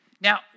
Now